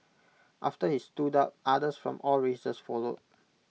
after he stood up others from all races followed